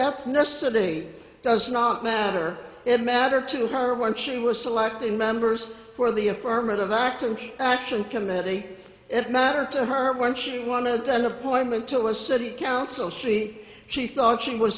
ethnicity does not matter it mattered to her when she was selecting members for the affirmative act and action committee it mattered to her when she wanted an appointment to a city council street she thought she was